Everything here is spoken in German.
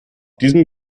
diesem